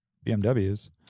BMW's